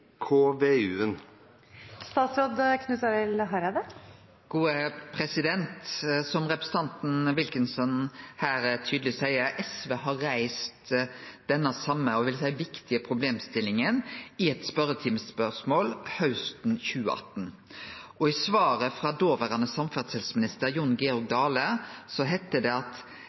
Som representanten Wilkinson her tydeleg seier: SV har reist den same og viktige problemstillinga i eit skriftleg spørsmål hausten 2018. I svaret frå daverande samferdselsminister, Jon Georg Dale, heitte det: «Det er i dag ikkje mogleg å forlenge Dal-toga til Eidsvoll fordi det